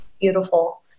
Beautiful